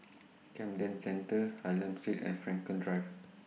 Camden Centre Hylam Street and Frankel Drive